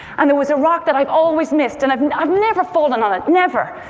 and there was a rock that i always missed. and i'd never fallen on it, never.